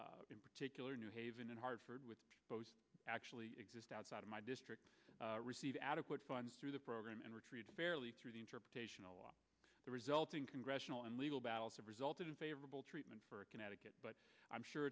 in particular new haven and hartford with actually exist outside of my district receive adequate funds through the program and are treated fairly through the interpretational the resulting congressional and legal battles have resulted in favorable treatment for connecticut but i'm sure